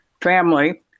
family